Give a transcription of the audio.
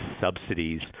subsidies